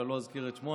שאני לא אזכיר את שמו,